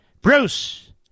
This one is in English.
Bruce